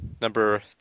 number